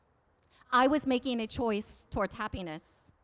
i was making a choice towards happiness.